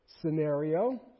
scenario